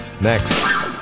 Next